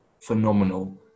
phenomenal